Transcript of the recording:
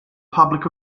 public